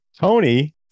Tony